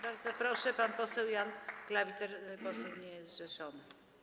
Bardzo proszę, pan poseł Jan Klawiter, poseł niezrzeszony.